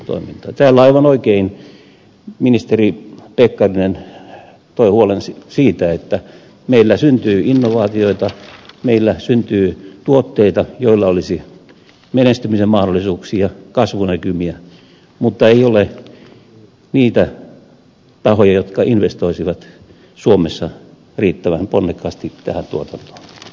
täällä aivan oikein ministeri pekkarinen toi huolen siitä että meillä syntyy innovaatioita meillä syntyy tuotteita joilla olisi menestymisen mahdollisuuksia kasvunäkymiä mutta ei ole niitä tahoja jotka investoisivat suomessa riittävän ponnekkaasti tähän tuotantoon